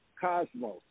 cosmos